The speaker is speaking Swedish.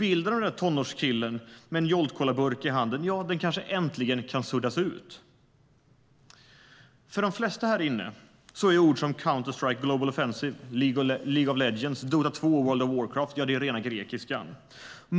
Bilden av tonårskillen med en burk Jolt Cola i handen kanske äntligen kan suddas ut. För de flesta här inne är ord som Counter-Strike: Global Offensive, League of Legends, Dota 2 och World of Warcraft rena grekiskan.